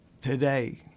today